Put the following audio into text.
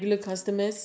difficult